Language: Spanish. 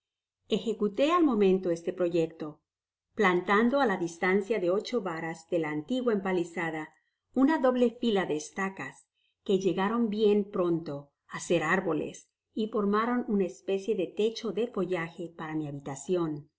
ejecuté al momento este proyecto plantando á la distancia de ocho varas de la antigua empalizada una doble fila de estacas que llegaron bien pronto á ser árboles y formaron una especie de techo de follaje para mi habitacion